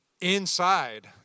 inside